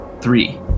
Three